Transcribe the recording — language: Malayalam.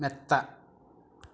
മെത്ത